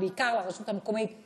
ובעיקר לרשות המקומית נהריה.